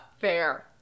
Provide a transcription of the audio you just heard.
fair